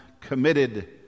committed